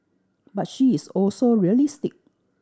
but she is also realistic